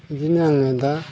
बिदिनो आङो दा